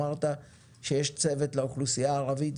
אמרת שיש צוות לאוכלוסיה הערבית,